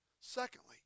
Secondly